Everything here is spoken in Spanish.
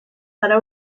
para